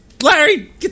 Larry